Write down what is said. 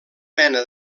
mena